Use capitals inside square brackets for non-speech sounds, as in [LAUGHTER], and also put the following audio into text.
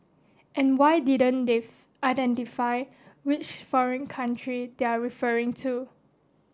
and why didn't they [UNINTELLIGIBLE] identify which foreign country they're referring to